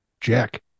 Jack